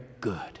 good